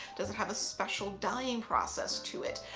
does it have a special dyeing process to it,